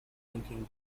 thinking